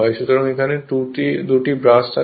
সুতরাং এখানে 2টি ব্রাশ থাকবে